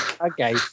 Okay